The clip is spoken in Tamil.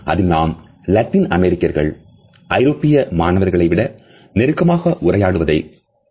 அதில் நாம் லத்தின் அமெரிக்கர்கள் ஐரோப்பிய மாணவர்களைவிட நெருக்கமாக உரையாடுவதை கண்டார்